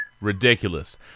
Ridiculous